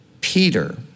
Peter